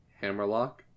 Hammerlock